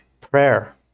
prayer